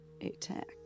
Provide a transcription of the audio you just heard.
attack